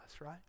right